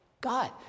God